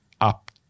up